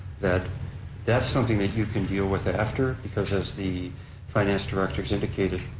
that that's something that you can deal with after, because as the finance director's indicated,